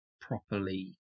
properly